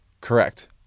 Correct